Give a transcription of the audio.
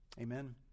Amen